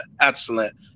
excellent